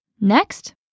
Next